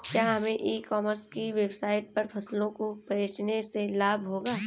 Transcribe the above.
क्या हमें e commerce की वेबसाइट पर फसलों को बेचने से लाभ होगा?